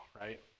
right